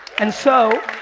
and so